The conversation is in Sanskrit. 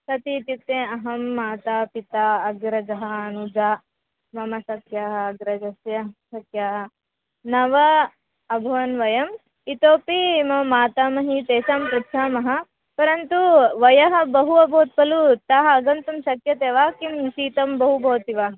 कति इत्युक्ते अहं माता पिता अग्रजः अनुजा मम सख्याः अग्रजस्य सखा नव अभवन् वयम् इतोपि मम मातामही तेषां पृच्छामः परन्तु वयः बहु अभूत् खलु ताः आगन्तुं शक्यते वा किं शीतं बहु भवति वा